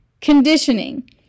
conditioning